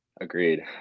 agreed